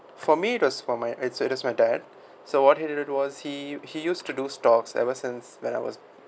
for me as for my it's it's my dad so what he did was he he used to do stocks ever since when I was